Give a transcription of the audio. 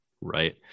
right